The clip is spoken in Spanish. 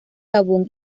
gabón